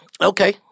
okay